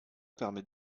permet